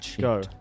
go